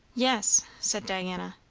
yes! said diana,